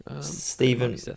Stephen